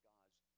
God's